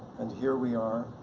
and here we are